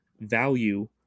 value